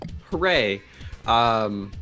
Hooray